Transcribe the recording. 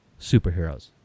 superheroes